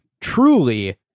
truly